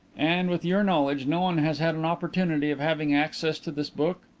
and, with your knowledge, no one has had an opportunity of having access to this book?